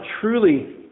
truly